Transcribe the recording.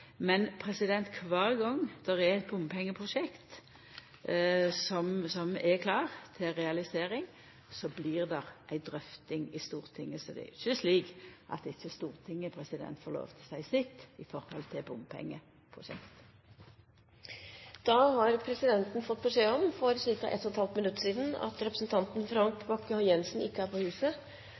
der er eit bompengeprosjekt som er klart til realisering, blir det ei drøfting i Stortinget. Så det er jo ikkje slik at ikkje Stortinget får lov til å seia sitt i forhold til bompengeprosjekt. Presidenten fikk for ca. ett og et halvt minutt siden beskjed om at representanten Frank Bakke-Jensen ikke er på huset,